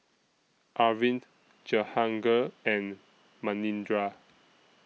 Arvind Jehangirr and Manindra